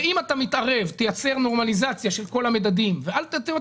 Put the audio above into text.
ואם אתה מתערב תייצר נורמליזציה של כל המדדים ואל תייצר